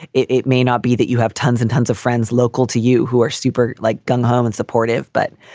it it may not be that you have tons and tons of friends local to you who are super like gung ho um and supportive. but